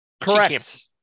Correct